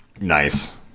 Nice